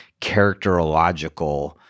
characterological